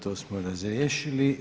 To smo razriješili.